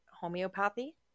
homeopathy